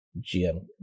gm